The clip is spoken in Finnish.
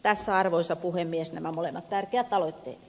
tässä arvoisa puhemies nämä molemmat tärkeät aloitteeni